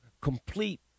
complete